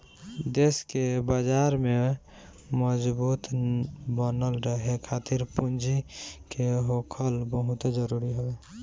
देस के बाजार में मजबूत बनल रहे खातिर पूंजी के होखल बहुते जरुरी हवे